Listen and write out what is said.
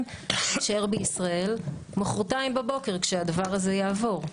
להישאר בישראל מוחרתיים בבוקר כשהדבר הזה יעבור.